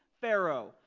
pharaoh